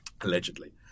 allegedly